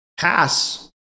pass